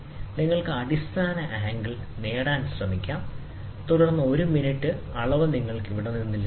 നിങ്ങൾക്ക് അടിസ്ഥാന ആംഗിൾ നേടാൻ ശ്രമിക്കാം തുടർന്ന് ഒരു മിനിറ്റ് അളവ് നിങ്ങൾക്ക് ഇവിടെ നിന്ന് ലഭിക്കും